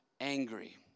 angry